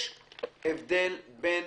יש הבדל בין